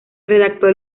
redactó